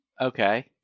Okay